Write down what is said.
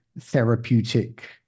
therapeutic